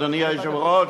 אדוני היושב-ראש,